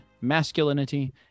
masculinity